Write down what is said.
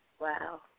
Wow